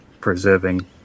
preserving